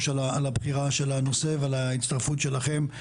על הבחירה של הנושא ועל ההצטרפות שלכם.